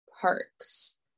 parks